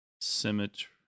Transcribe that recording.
symmetry